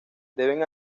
deben